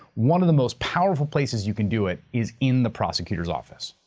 one of the most powerful places you can do it is in the prosecutor's office.